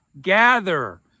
gather